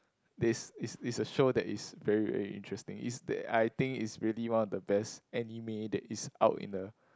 that is is is a show that is very very interesting it's I think it's really one of the best anime that is out in the